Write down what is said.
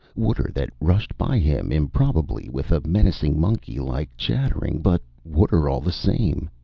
water that rushed by him improbably with a menacing, monkeylike chattering, but water all the same.